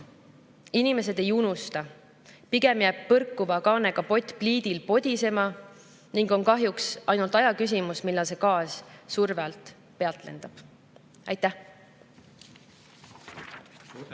Inimesed ei unusta, pigem jääb põrkuva kaanega pott pliidil podisema ning on kahjuks ainult aja küsimus, millal see kaas surve all pealt lendab. Aitäh!